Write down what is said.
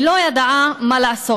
היא לא ידעה מה לעשות.